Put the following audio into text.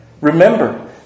Remember